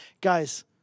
Guys